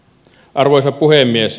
arvoisa puhemies